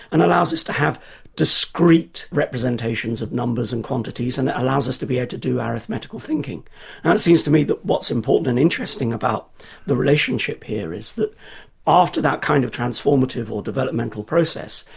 and allows us to have discrete representations of numbers and quantities and allows us to be able to do our arithmetical thinking. now it seems to me that what's important and interesting about the relationship here is that after that kind of transformative or developmental process,